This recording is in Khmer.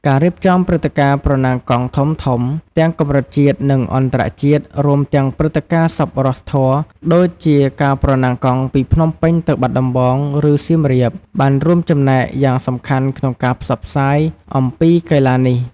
ការរៀបចំព្រឹត្តិការណ៍ប្រណាំងកង់ធំៗ ទាំងកម្រិតជាតិ និងអន្តរជាតិ រួមទាំងព្រឹត្តិការណ៍សប្បុរសធម៌ ដូចជាការប្រណាំងកង់ពីភ្នំពេញទៅបាត់ដំបង ឬសៀមរាប បានរួមចំណែកយ៉ាងសំខាន់ក្នុងការផ្សព្វផ្សាយអំពីកីឡានេះ។